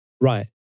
Right